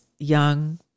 young